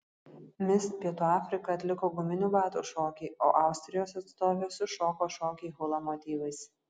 mis pietų afrika atliko guminių batų šokį o austrijos atstovė sušoko šokį hula motyvais